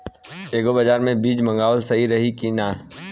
Agri बाज़ार से बीज मंगावल सही रही की ना?